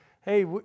hey